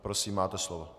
Prosím, máte slovo.